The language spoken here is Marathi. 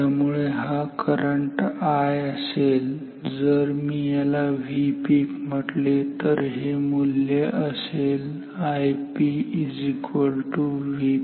त्यामुळे हा करंट I असेल जर मी याला Vpeak म्हटले तर हे मूल्य असेल Ip 𝑉𝑝𝑅𝑚